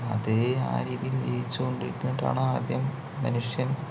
അതേ ആ രീതിയിൽ ജീവിച്ചു കൊണ്ടിരുന്നിട്ടാണ് ആദ്യം മനുഷ്യൻ